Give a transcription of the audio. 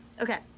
Okay